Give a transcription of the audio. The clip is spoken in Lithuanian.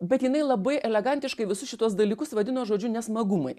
bet jinai labai elegantiškai visus šituos dalykus vadino žodžiu nesmagumai